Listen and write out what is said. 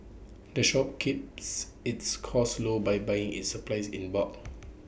the shop keeps its costs low by buying its supplies in bulk